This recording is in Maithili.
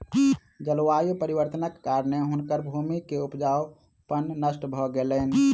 जलवायु परिवर्तनक कारणेँ हुनकर भूमि के उपजाऊपन नष्ट भ गेलैन